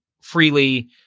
freely